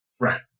Right